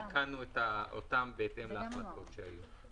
ותיקנו אותם בהתאם להחלטות שהיו.